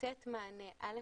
לתת מענה א.